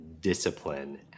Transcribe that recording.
discipline